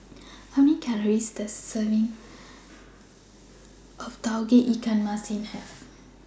How Many Calories Does A Serving of Tauge Ikan Masin Have